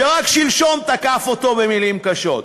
שרק שלשום תקף אותו במילים קשות,